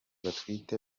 batwite